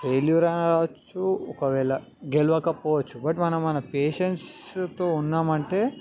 failure అనవచ్చు ఒకవేళ గెలవక పోవచ్చు బట్ మనం మన పెషెన్స్తో ఉన్నాము అంటే